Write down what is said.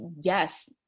yes